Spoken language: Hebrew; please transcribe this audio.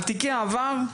על תיקי עבר,